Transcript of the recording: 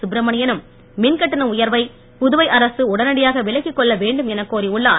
சுப்ரமணியனும் மின்கட்டண உயர்வை புதுவை அரசு உடனடியாக விலக்கிக் கொள்ள வேண்டும் என கோரியுள்ளார்